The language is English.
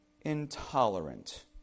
intolerant